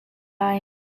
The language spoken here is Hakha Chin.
lai